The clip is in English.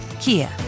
Kia